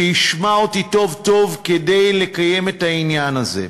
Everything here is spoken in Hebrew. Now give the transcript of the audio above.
שישמע אותי טוב טוב לקיים את העניין הזה.